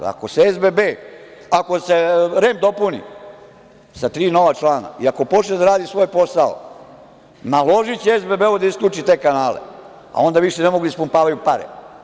Jer, ako se REM dopuni sa tri nova člana i ako počne da radi svoj posao, naložiće SBB-u da isključi te kanale, a onda više ne mogu da ispumpavaju pare.